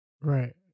right